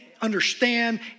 understand